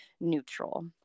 neutral